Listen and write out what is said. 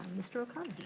mr. o'connor.